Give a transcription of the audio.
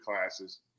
classes